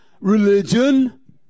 Religion